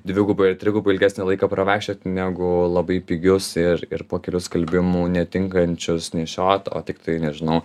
dvigubai ar trigubai ilgesnį laiką pravaikščiot negu labai pigius ir ir po kelių skalbimų netinkančius nešiot o tiktai nežinau